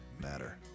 matter